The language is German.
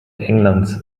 englands